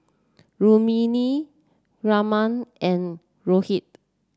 Rukmini Raman and Rohit